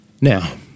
Now